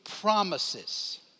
promises